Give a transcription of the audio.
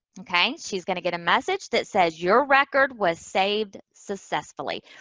okay? she's going to get a message that says your record was saved successfully.